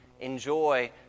enjoy